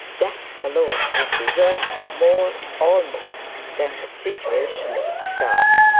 that alone would be worth more, almost than the situation itself.